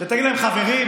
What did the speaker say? ותגיד להם: חברים,